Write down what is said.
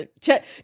check